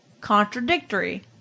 contradictory